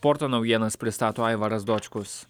sporto naujienas pristato aivaras dočkus